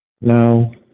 No